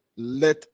let